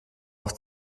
auf